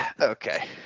Okay